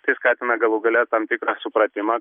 tai skatina galų gale tam tikrą supratimą